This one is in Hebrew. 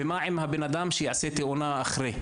ומה עם האדם שקרתה לו תאונה אחרי?